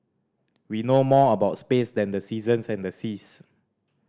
we know more about space than the seasons and the seas